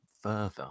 further